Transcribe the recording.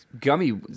gummy